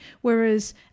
Whereas